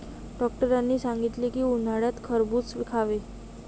डॉक्टरांनी सांगितले की, उन्हाळ्यात खरबूज खावे